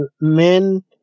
Men